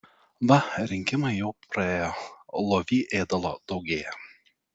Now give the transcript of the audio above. va rinkimai jau praėjo lovy ėdalo daugėja